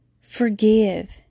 Forgive